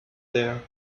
there